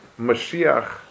Mashiach